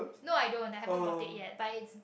no I don't I haven't bought it yet but it